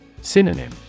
Synonym